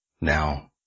Now